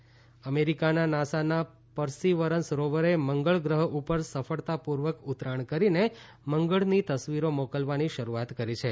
NASA Perseverance અમેરિકાના નાસાના Perseverance રોવરે મંગળગ્રહ ઉપર સફળતાપૂર્વક ઉતરાણ કરીને મંગળની તસવીરો મોકલવાની શરૂઆત કરી છે